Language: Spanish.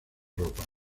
ropas